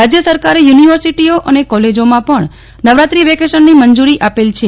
રાજ્ય સરકારે યુનિવર્સિટીઓ અને કોલેજોમાં પણ નવરાત્રીવેકેશનની મંજૂરી આપેલ છે